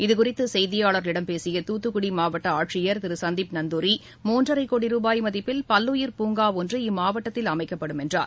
இதுகுறித்து செய்தியாளர்களிடம் பேசிய துத்துக்குடி மாவட்ட ஆட்சியர் திரு சந்தீப் நந்தூரி மூன்றரை கோடி ரூபாய் மதிப்பில் பல்லயிர் பூங்கா ஒன்று இம்மாவட்டத்தில் அமக்கப்படும் என்றார்